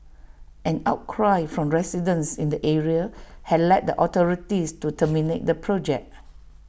an outcry from residents in the area had led the authorities to terminate the project